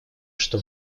что